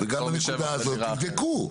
וגם בנקודה הזאת תבדקו.